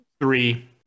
Three